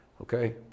Okay